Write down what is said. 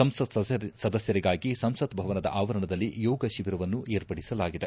ಸಂಸತ್ ಸದಸ್ಕರಿಗಾಗಿ ಸಂಸತ್ ಭವನದ ಆವರಣದಲ್ಲಿ ಯೋಗ ಶಿಬಿರವನ್ನು ಏರ್ಪಡಿಸಲಾಗಿದೆ